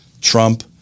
Trump